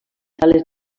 sales